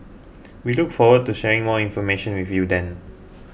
we look forward to sharing more information with you then